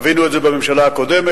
חווינו את זה בממשלה הקודמת,